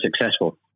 successful